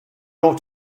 ought